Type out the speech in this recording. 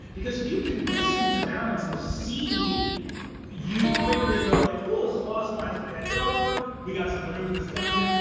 because you can listen to balance and see you quickly going like, cool, this is lost mine of phandelver we got some rooms in this dungeon,